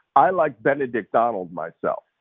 i like benedict donald myself.